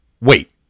Wait